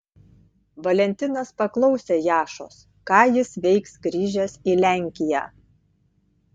valentinas paklausė jašos ką jis veiks grįžęs į lenkiją